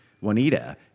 Juanita